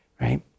Right